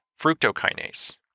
fructokinase